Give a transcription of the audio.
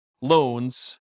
loans